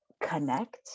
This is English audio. connect